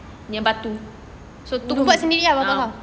nya batu